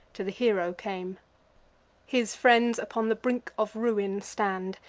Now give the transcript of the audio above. to the hero came his friends upon the brink of ruin stand,